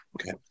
Okay